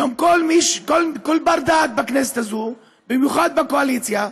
היום כל בר-דעת בכנסת הזו, במיוחד בקואליציה,